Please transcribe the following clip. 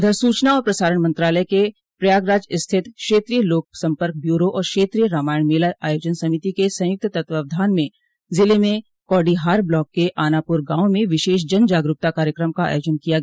उधर सूचना और प्रसारण मंत्रालय के प्रयागराज स्थित क्षेत्रीय लोक सम्पर्क ब्यूरो और क्षेत्रीय रामायण मेला आयोजन समिति के संयुक्त तत्वाधान में जिले में कौडिहार ब्लाक के आनापुर गाँव में विशेष जन जागरूकता कार्यक्रम का आयेाजन किया गया